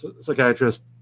Psychiatrist